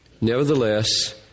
Nevertheless